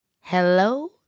Hello